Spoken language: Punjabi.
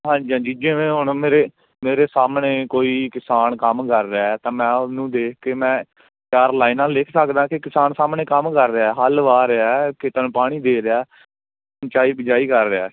ਹਾਂਜੀ ਹਾਂਜੀ ਜਿਵੇਂ ਹੁਣ ਮੇਰੇ ਮੇਰੇ ਸਾਹਮਣੇ ਕੋਈ ਕਿਸਾਨ ਕੰਮ ਕਰ ਰਿਹਾ ਤਾਂ ਮੈਂ ਉਹਨੂੰ ਦੇਖ ਕੇ ਮੈਂ ਚਾਰ ਲਾਈਨਾਂ ਲਿਖ ਸਕਦਾ ਕਿ ਕਿਸਾਨ ਸਾਹਮਣੇ ਕੰਮ ਕਰ ਰਿਹਾ ਹੱਲ ਵਾਹ ਰਿਹਾ ਖੇਤਾਂ ਨੂੰ ਪਾਣੀ ਦੇ ਰਿਹਾ ਸਿੰਚਾਈ ਬਿਜਾਈ ਕਰ ਰਿਹਾ